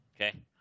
Okay